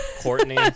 Courtney